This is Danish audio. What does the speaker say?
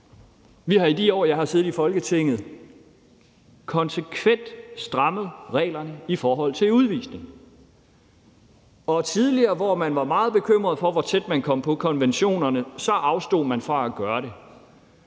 Vi har, i de år jeg har siddet i Folketinget, konsekvent strammet reglerne i forhold til udvisning. Tidligere, hvor man var meget bekymret for, hvor tæt man kom på konventionerne, afstod man fra at gøre det.